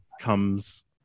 comes